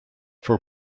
for